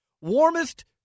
warmest